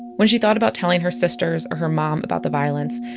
when she thought about telling her sisters or her mom about the violence,